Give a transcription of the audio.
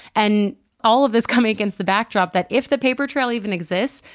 and all of this coming against the backdrop that, if the paper trail even exists,